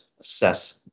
assess